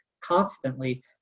constantly